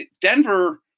Denver